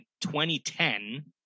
2010